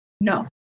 No